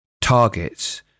targets